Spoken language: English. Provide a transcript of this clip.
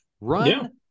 run